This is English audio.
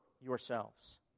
yourselves